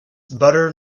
butter